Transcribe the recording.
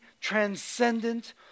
transcendent